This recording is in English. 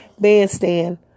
bandstand